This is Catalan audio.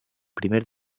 primer